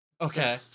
Okay